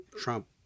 Trump